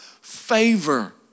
favor